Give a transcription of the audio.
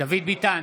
דוד ביטן,